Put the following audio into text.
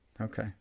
Okay